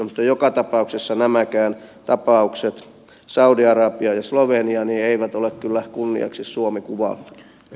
mutta joka tapauksessa nämäkään tapaukset saudi arabia ja slovenia eivät ole kyllä kunniaksi suomi kuvalle